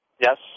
Yes